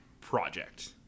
project